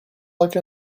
like